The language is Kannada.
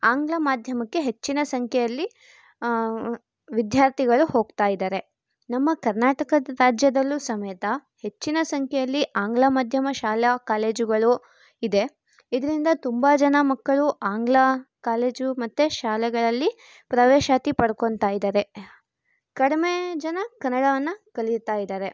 ಆಂಗ್ಲ ಮಾಧ್ಯಮಕ್ಕೆ ಹೆಚ್ಚಿನ ಸಂಖ್ಯೆಯಲ್ಲಿ ವಿದ್ಯಾರ್ಥಿಗಳು ಹೋಗ್ತಾಯಿದ್ದಾರೆ ನಮ್ಮ ಕರ್ನಾಟಕ ರಾಜ್ಯದಲ್ಲೂ ಸಮೇತ ಹೆಚ್ಚಿನ ಸಂಖ್ಯೆಯಲ್ಲಿ ಆಂಗ್ಲ ಮಾಧ್ಯಮ ಶಾಲಾ ಕಾಲೇಜುಗಳು ಇದೆ ಇದರಿಂದ ತುಂಬ ಜನ ಮಕ್ಕಳು ಆಂಗ್ಲ ಕಾಲೇಜು ಮತ್ತು ಶಾಲೆಗಳಲ್ಲಿ ಪ್ರವೇಶಾತಿ ಪಡ್ಕೊಂತಾಯಿದಾರೆ ಕಡ್ಮೆ ಜನ ಕನ್ನಡವನ್ನ ಕಲಿಯುತ್ತಾಯಿದ್ದಾರೆ